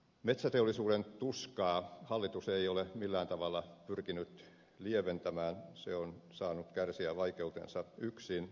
metsäteollisuuden tuskaa hallitus ei ole millään tavalla pyrkinyt lieventämään se on saanut kärsiä vaikeutensa yksin